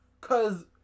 Cause